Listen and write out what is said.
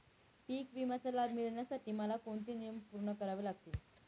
पीक विम्याचा लाभ मिळण्यासाठी मला कोणते नियम पूर्ण करावे लागतील?